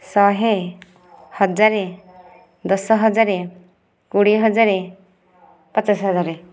ଶହେ ହଜାର ଦଶ ହଜାର କୋଡ଼ିଏ ହଜାର ପଚାଶ ହଜାର